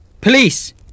Police